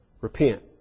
repent